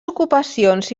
ocupacions